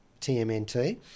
TMNT